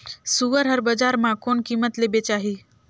सुअर हर बजार मां कोन कीमत ले बेचाही?